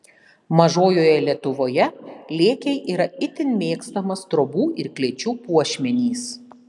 mažojoje lietuvoje lėkiai yra itin mėgstamas trobų ir klėčių puošmenys